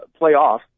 playoff